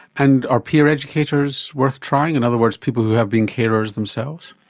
and are peer educators worth trying, in other words people who have been carers themselves?